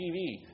TV